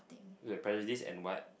you at paradise and what